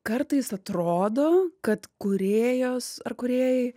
kartais atrodo kad kūrėjos ar kūrėjai